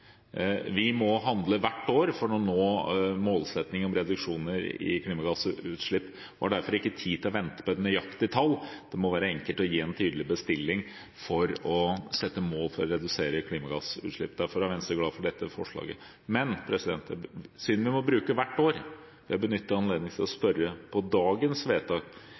Vi må handle hvert år for å nå målsettingen om reduksjoner i klimagassutslipp og har derfor ikke tid til å vente på et nøyaktig tall. Det må være enkelt å gi en tydelig bestilling for å sette mål for å redusere klimagassutslipp. Derfor er Venstre glad for dette forslaget. Men siden vi må bruke hvert år, vil jeg benytte anledningen til å spørre om dagens vedtak: